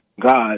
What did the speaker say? God